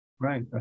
Right